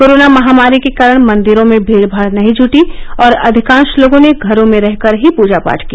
corona महामारी के कारण मंदिरों में भीड भाड नहीं जटी और अधिकांश लोगों ने घरों में रहकर ही पूजा पाढ किया